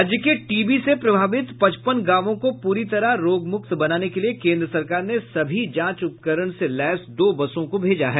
राज्य के टीबी से प्रभावित पचपन गांवों को पूरी तरह रोगमुक्त बनाने के लिए केन्द्र सरकार ने सभी जांच उपकरण से लैस दो बसों को भेजा है